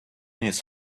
his